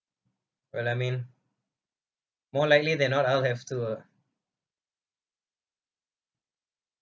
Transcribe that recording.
well I mean more likely than not I'll have to ah